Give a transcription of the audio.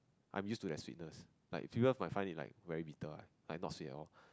I'm used to that sweetness like people might find it like very bitter right like not sweet at all